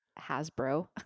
Hasbro